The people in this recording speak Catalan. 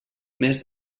més